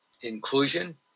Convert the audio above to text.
inclusion